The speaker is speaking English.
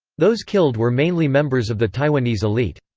those killed were mainly members of the taiwanese elite.